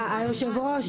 היושב-ראש,